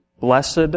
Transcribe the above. Blessed